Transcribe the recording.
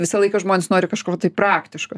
visą laiką žmonės nori kažko va tai praktiško